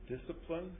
discipline